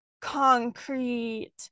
concrete